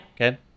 Okay